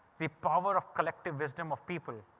the power of collective wisdom of people.